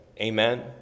Amen